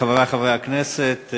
חברי חברי הכנסת,